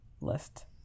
list